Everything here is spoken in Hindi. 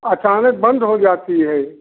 अचानक बंद हो जाता है